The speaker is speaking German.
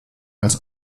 als